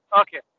okay